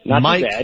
Mike